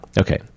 Okay